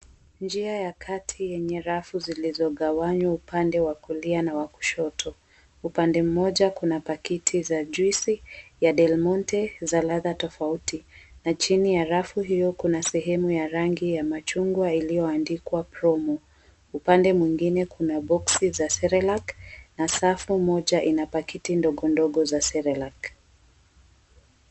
Njia ya kati yenye rafu zilizogawanywa upande wa kulia na wa kushoto. Upande mmoja kuna pakiti za juice ya Delmonte za ladha tofauti, na chini ya rafu hiyo kuna sehemu ya machungwa iliyoandikwa Promo. Upande mwingine kuna boksi za cerelac na safu moja ina pakiti ndogondogo za cerelac .